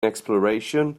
exploration